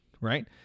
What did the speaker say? Right